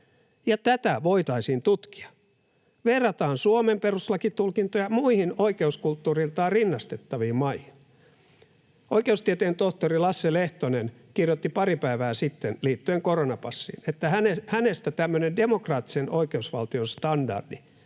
tätä voitaisiin tutkia. Verrataan Suomen perustuslakitulkintoja muihin oikeuskulttuuriltaan rinnastettaviin maihin. Oikeustieteen tohtori Lasse Lehtonen kirjoitti pari päivää sitten liittyen koronapassiin, että hänestä tämmöinen demokraattisen oikeusvaltion standardi